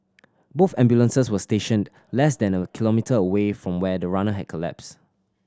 both ambulances were stationed less than a kilometre away from where the runner had collapsed